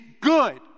good